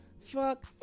Fuck